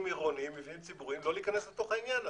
ציבוריים עירוניים לא להיכנס לעניין הזה.